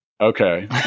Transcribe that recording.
Okay